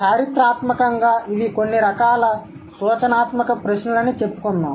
చారిత్రాత్మకంగా ఇవి కొన్ని రకాల సూచనాత్మక ప్రశ్నలు అని చెప్పుకుందాం